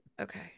Okay